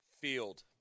field